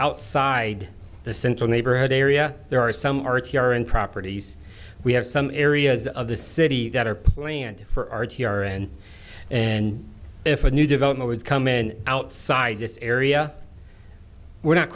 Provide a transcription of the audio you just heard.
outside the central neighborhood area there are some r t r and properties we have some areas of the city that are plenty and for our here and and if a new development would come in outside this area we're not